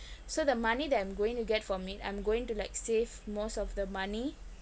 so the money that I'm going to get for me I'm going to like save most of the money